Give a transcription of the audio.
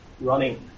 running